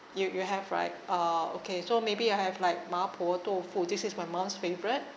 you you have right ah okay so maybe I have like ma po tofu this is my mom's favorite